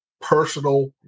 personal